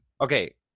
okay